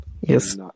Yes